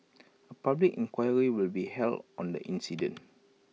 A public inquiry will be held on the incident